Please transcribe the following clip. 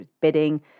bidding